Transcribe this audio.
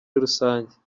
rusange